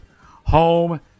home